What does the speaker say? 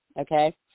Okay